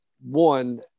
one